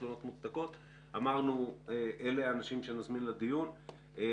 תלונות מוצדקות ואמרנו שאלה האנשים שנזמין לדיון.